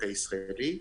לנוסעים,